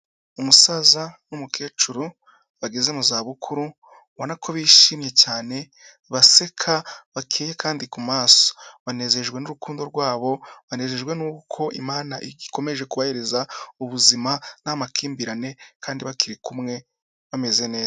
Umusaza n'umukecuru bageze mu za bukuru ubona ko bishimye cyane baseka bakeye kandi ku maso, banezejwe n'urukundo rwabo, banejejwe nuko lmana ikomeje kohereza ubuzima nta makimbirane kandi bakiri kumwe bameze neza.